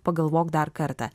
pagalvok dar kartą